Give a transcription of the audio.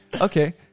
Okay